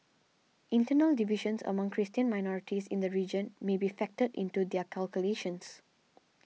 internal divisions among Christian minorities in the region may be factored into their calculations